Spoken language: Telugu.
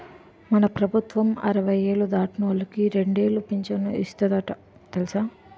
మన ప్రభుత్వం అరవై ఏళ్ళు దాటినోళ్ళకి రెండేలు పింఛను ఇస్తందట తెలుసా